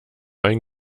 ein